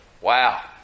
Wow